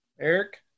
Eric